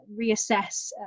reassess